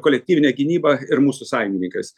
kolektyvine gynyba ir mūsų sąjungininkas